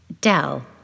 Dell